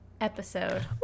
episode